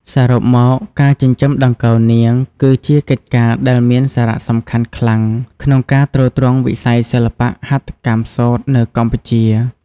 សរុបមក ការចិញ្ចឹមដង្កូវនាង គឺជាកិច្ចការដែលមានសារៈសំខាន់ខ្លាំងក្នុងការទ្រទ្រង់វិស័យសិល្បៈហត្ថកម្មសូត្រនៅកម្ពុជា។